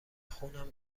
خونم